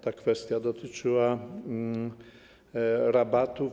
Ta kwestia dotyczyła rabatów.